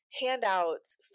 handouts